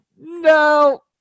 no